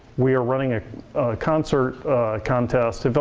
we are running a concert contest.